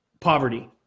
poverty